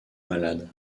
malade